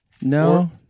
no